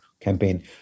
campaign